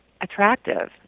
Attractive